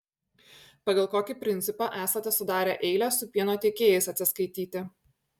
pagal kokį principą esate sudarę eilę su pieno tiekėjais atsiskaityti